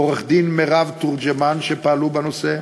ועורכת-הדין מירב תורג'מן, שפעלו בנושא,